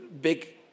big